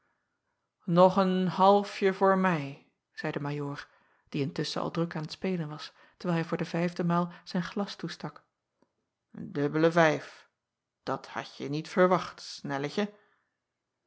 een halfje voor mij zeî de ajoor die intusschen al druk aan t spelen was terwijl hij voor de vijfde maal zijn glas toestak dubbele vijf dat hadje niet verwacht